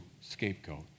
scapegoat